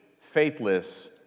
faithless